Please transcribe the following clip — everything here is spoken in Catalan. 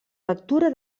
lectura